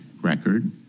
record